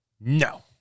no